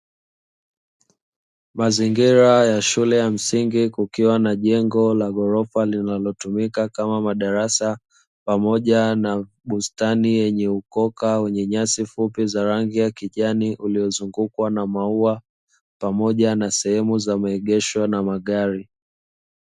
Mazingira ya shule ya msingi, kukiwa na jengo la ghorofa linlotumika kama madarasa, pamoja na bustani yenye ukoka, yenye nyasi fupi za rangi ya kijani, uliozungukwa na maua, pamoja na sehemu za maegesho na magari.